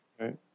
Right